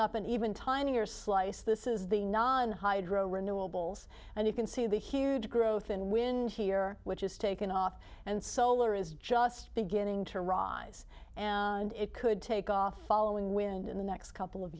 up an even tinier slice this is the non hydro renewables and you can see the huge growth in wind here which is taken off and solar is just beginning to rise and it could take off following wind in the next couple of